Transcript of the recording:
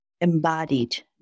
embodied